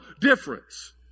difference